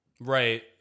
Right